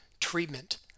treatment